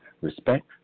Respect